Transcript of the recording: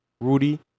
Rudy